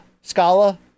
Scala